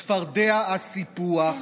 צפרדע הסיפוח.